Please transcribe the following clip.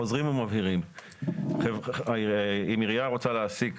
חוזרים ומבהירים אם עירייה רוצה להעסיק